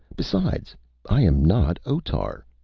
besides i am not otar.